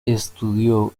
estudió